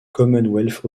commonwealth